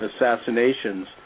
assassinations